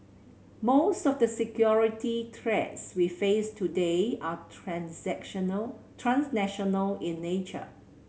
most of the security threats we face today are transnational transnational in nature